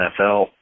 NFL